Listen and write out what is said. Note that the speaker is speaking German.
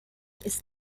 ist